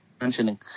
mentioning